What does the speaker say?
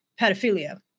pedophilia